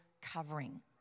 covering